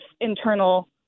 internal